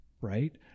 right